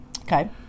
Okay